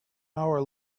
hour